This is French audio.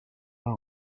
pas